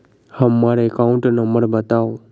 हम्मर account number बताऊ?